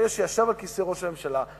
ברגע שישב על כיסא ראש הממשלה,